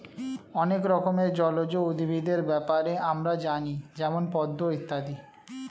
অনেক রকমের জলজ উদ্ভিদের ব্যাপারে আমরা জানি যেমন পদ্ম ইত্যাদি